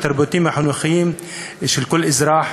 התרבותיים והחינוכיים של כל אזרח.